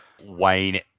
Wayne